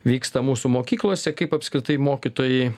vyksta mūsų mokyklose kaip apskritai mokytojai